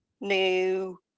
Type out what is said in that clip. new